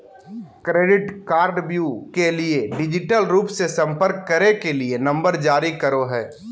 credit कार्डव्यू के लिए डिजिटल रूप से संपर्क करे के लिए नंबर जारी करो हइ